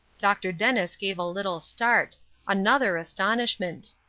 dr. dennis gave a little start another astonishment.